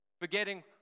forgetting